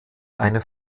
eine